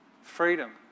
freedom